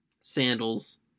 sandals